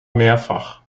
mehrfach